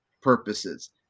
purposes